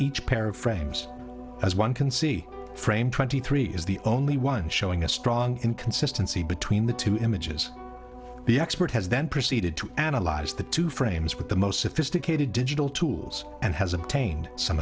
each pair of frames as one can see frame twenty three is the only one showing a strong inconsistency between the two images the expert has then proceeded to analyze the two frames with the most sophisticated digital tools and has obtained some